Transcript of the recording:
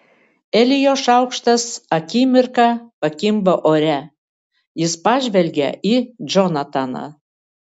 elijo šaukštas akimirką pakimba ore jis pažvelgia į džonataną